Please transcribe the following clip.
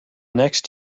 next